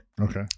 Okay